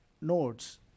nodes